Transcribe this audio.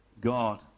God